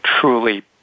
truly